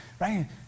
right